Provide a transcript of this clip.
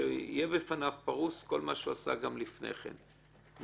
שיהיה פרוס כל מה שהוא עשה לפני כן.